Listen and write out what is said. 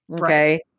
okay